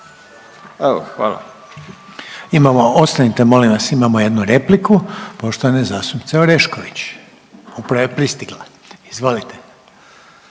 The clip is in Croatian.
Imamo, ostanite molim vas, imamo jednu repliku poštovane zastupnice Orešković, upravo je pristigla. Izvolite.